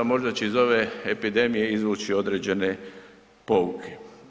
Možda će iz ove epidemije izvući određene pouke.